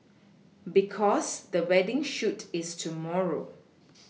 because the wedding shoot is tomorrow